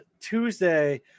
Tuesday